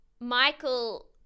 Michael